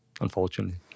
unfortunately